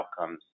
outcomes